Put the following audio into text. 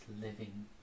living